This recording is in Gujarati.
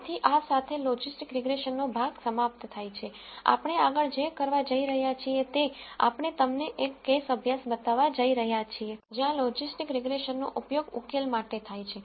તેથી આ સાથે લોજિસ્ટિક રીગ્રેસનનો ભાગ સમાપ્ત થાય છે કે આપણે આગળ જે કરવા જઈ રહ્યા છીએ તે છે આપણે તમને એક કેસ અભ્યાસ બતાવવા જઈ રહ્યા છીએ જ્યાં લોજીસ્ટીક રીગ્રેસન નો ઉપયોગ ઉકેલ માટે થાય છે